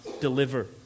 deliver